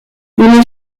une